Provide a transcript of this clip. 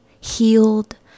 Healed